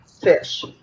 fish